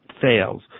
fails